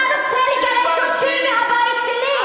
אתה רוצה לגרש אותי מהבית שלי,